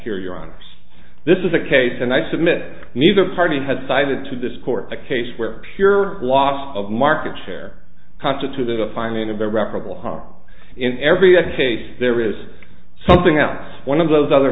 here you're on this is a case and i submit neither party has sided to this court the case where pure loss of market share constituted a finding of irreparable harm in every other case there is something else one of those other